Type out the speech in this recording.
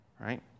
right